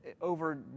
over